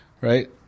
Right